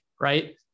right